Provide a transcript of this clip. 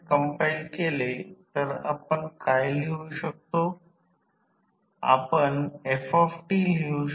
तर दोन winding voltage साठी मी सांगितले की हे दोन वाइंडिंग ट्रांसफॉर्मर साठी हे 1 विन्डिंग आहे